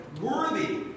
Worthy